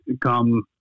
come